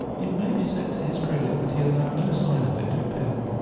it may be said to his credit that he allowed no sign of it to appear.